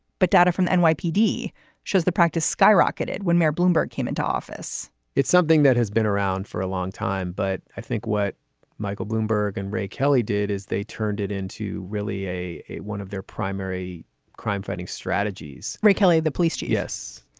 but data from the and nypd shows the practice skyrocketed when mayor bloomberg came into office it's something that has been around for a long time. but i think what michael bloomberg and ray kelly did is they turned it into really a a one of their primary crime fighting strategies strategies ray kelly, the police chief. yes.